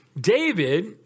David